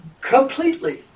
completely